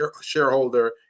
shareholder